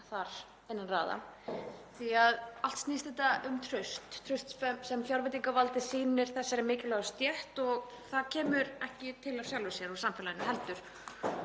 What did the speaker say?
þar innan raða. Allt snýst þetta um traust, traust sem fjárveitingavaldið sýnir þessari mikilvægu stétt — og það kemur ekki til af sjálfu sér — og samfélaginu.